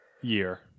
year